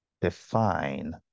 define